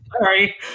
Sorry